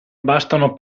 bastano